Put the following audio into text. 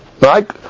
right